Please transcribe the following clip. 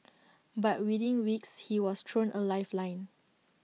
but within weeks he was thrown A lifeline